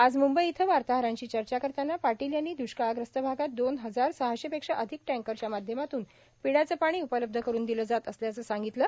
आज मृंबई इथं वार्ताहरांशी चर्चा करतांना पाटील यांनी द्रष्काळग्रस्त भागात दोन हजार सहाशे पेक्षा अधिक टँकरच्या माध्यमातून पिण्याचं पाणी उपलब्ध करुन दिलं जात असल्याचं सांगितलं